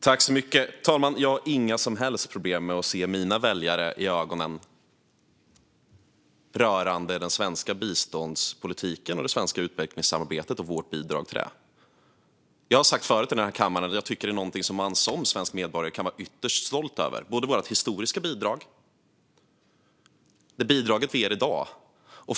Fru talman! Jag har inga som helst problem med att se mina väljare i ögonen rörande den svenska biståndspolitiken och det svenska utvecklingssamarbetet och vårt bidrag till det. Jag har sagt förut i den här kammaren att jag tycker att detta är någonting som man som svensk medborgare kan vara ytterst stolt över - både vårt historiska bidrag och det bidrag vi ger i dag.